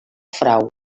frau